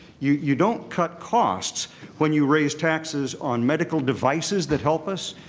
you you don't cut costs when you raise taxes on medical devices that help us,